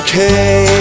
Okay